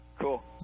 Cool